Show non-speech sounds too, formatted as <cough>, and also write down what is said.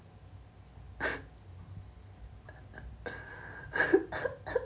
<laughs>